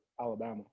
Alabama